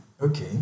Okay